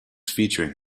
featuring